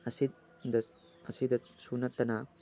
ꯑꯁꯤꯗꯁꯨ ꯅꯠꯇꯅ